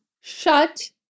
Shut